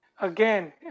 again